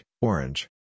orange